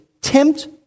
tempt